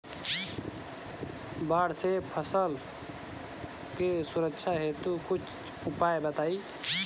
बाढ़ से फसल के सुरक्षा हेतु कुछ उपाय बताई?